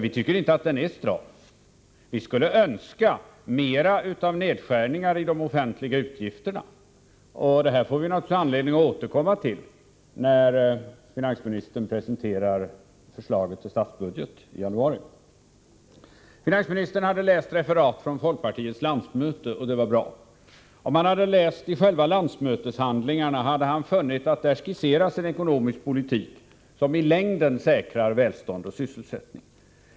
Vi tycker inte att den är stram. Vi skulle önska mer av nedskärningar i de offentliga utgifterna. Detta får vi naturligtvis anledning att återkomma till när finansministern presenterar förslaget till statsbudget i januari. Finansministern hade läst referatet om folkpartiets landsmöte, och det var bra. Om han hade läst i själva landsmöteshandlingarna, hade han funnit att det där skisseras en ekonomisk politik som i längden säkrar välstånd och sysselsättning.